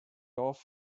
off